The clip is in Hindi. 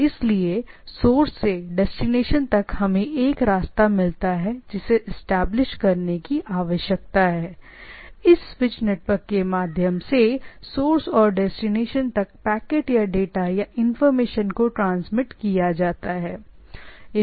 इसलिए सोर्स से डेस्टिनेशन तक हमें एक रास्ता मिलता है और वह रास्ता है जिसे एस्टेब्लिश करने की आवश्यकता है या आपके पैकेट या डेटा या इंफॉर्मेशन की आवश्यकता है इस स्विच नेटवर्क के माध्यम से सोर्स से डेस्टिनेशन तक ट्रांसमीट किया जाना चाहिए